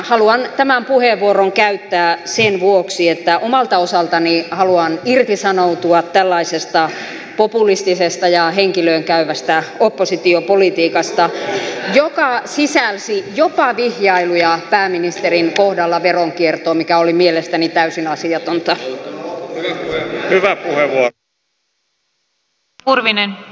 haluan tämän puheenvuoron käyttää sen vuoksi että omalta osaltani haluan irtisanoutua tällaisesta populistisesta ja henkilöön käyvästä oppositiopolitiikasta joka sisälsi jopa vihjailuja pääministerin kohdalla veronkiertoon mikä oli mielestäni täysin asiatonta